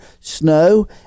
snow